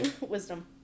Wisdom